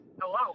Hello